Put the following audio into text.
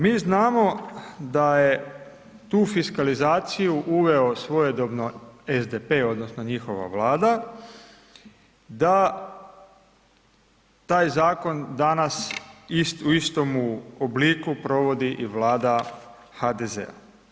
Mi znamo da je tu fiskalizaciju uveo svojedobno SDP odnosno njihova Vlada, da taj zakon danas u istomu obliku provodi i Vlada HDZ-a.